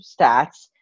stats